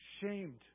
Shamed